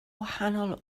wahanol